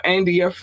India